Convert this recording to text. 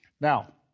Now